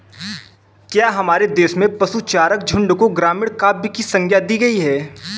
क्या हमारे देश में पशुचारक झुंड को ग्रामीण काव्य की संज्ञा दी गई है?